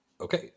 Okay